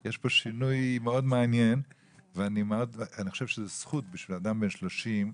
זה שינוי מאוד מעניין ואני חושב שיש פה זכות לאדם בן 30,